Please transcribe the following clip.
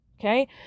Okay